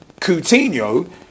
Coutinho